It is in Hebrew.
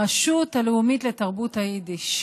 הרשות הלאומית לתרבות היידיש.